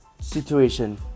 situation